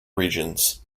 regions